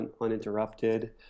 uninterrupted